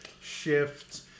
shift